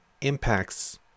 impacts